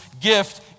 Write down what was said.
gift